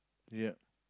ya